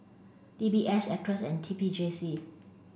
D B S Acres and T P J C